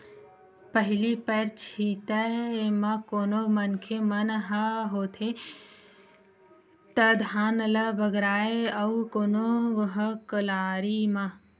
पहिली पैर छितय त कोनो मनखे मन ह हाते म धान ल बगराय अउ कोनो ह कलारी म